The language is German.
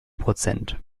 prozent